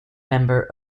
member